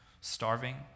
starving